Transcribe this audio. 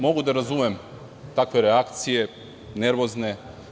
Mogu da razumem takve reakcije, nervozne.